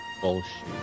Bullshit